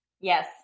Yes